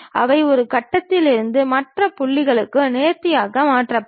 அவை ஒரு கட்டத்தில் இருந்து மற்ற புள்ளிகளுக்கு நேர்த்தியாக மாற்றப்படும்